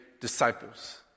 disciples